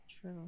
True